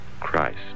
christ